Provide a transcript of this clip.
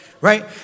right